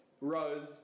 Rose